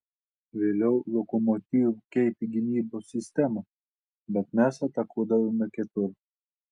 vėliau lokomotiv keitė gynybos sistemą bet mes atakuodavome kitur